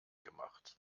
gemacht